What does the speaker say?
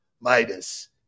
Midas